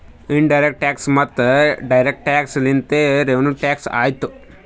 in direct tax ಮತ್ತ direct tax ಲಿಂತೆ revenue tax ಆತ್ತುದ್